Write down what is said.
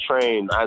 train